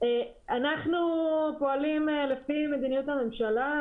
אנחנו פועלים לפי מדיניות הממשלה.